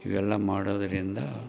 ಇವೆಲ್ಲ ಮಾಡೋದರಿಂದ